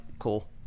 cool